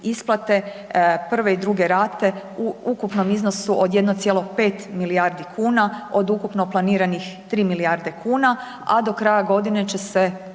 isplate, prve i druge rate u ukupnom iznosu od 1,5 milijardi kuna od ukupno planiranih 3 milijardi kuna a do kraja godine će se